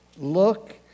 look